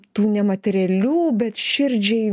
tų ne materialių bet širdžiai